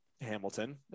Hamilton